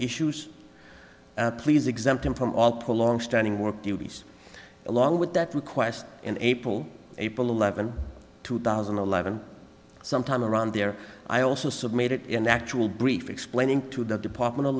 issues please exempt him from all pull on standing work duties along with that request in april april eleventh two thousand and eleven sometime around there i also submit it in actual brief explaining to the department of